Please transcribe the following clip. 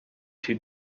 too